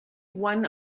one